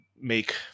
make